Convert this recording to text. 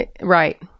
Right